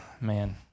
Man